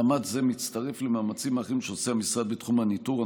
מאמץ זה מצטרף למאמצים אחרים שעושה המשרד בתחום הניטור,